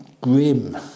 grim